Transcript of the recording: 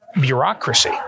bureaucracy